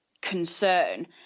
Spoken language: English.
concern